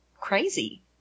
crazy